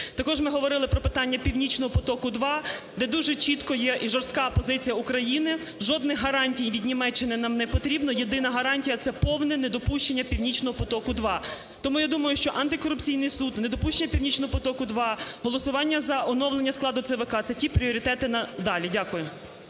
Також ми говорили про питання "Північного потоку-2", де дуже чітко є і жорстка позиція України. Жодних гарантій від Німеччини нам непотрібно. Єдина гарантія це повне недопущення "Північного потоку-2". Тому я думаю, що антикорупційний суд, недопущення "Північного потоку - 2", голосування за оновлення складу ЦВК, це ті пріоритети надалі. Дякую.